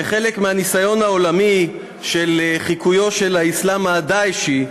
כחלק מהניסיון העולמי של חיקוי האסלאם ה"דאעשי"